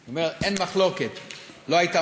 אני אומר, אין מחלוקת ולא הייתה